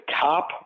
top